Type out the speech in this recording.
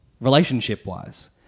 relationship-wise